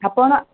ଆପଣ